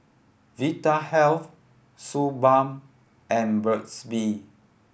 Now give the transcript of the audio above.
Vitahealth Suu Balm and Burt's Bee